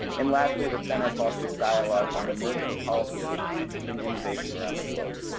and lastly, the center fosters dialogue on emerging policy issues and innovation around the globe.